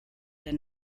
der